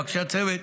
פגשה אנשי צוות,